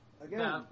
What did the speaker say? Again